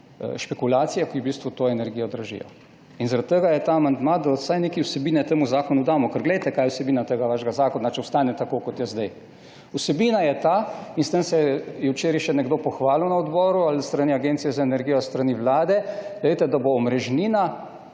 špekulacije, ki v bistvu to energijo dražijo. Zaradi tega je ta amandma, da damo vsaj nekaj vsebine temu zakonu. Glejte, kaj je vsebina tega vašega zakona, če ostane tako, kot je zdaj? Vsebina je ta, in s tem se je včeraj še nekdo pohvalil na odboru ali s strani Agencije za energijo ali s strani Vlade, da bo omrežnina